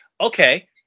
Okay